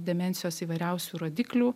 demencijos įvairiausių rodiklių